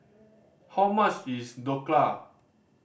how much is Dhokla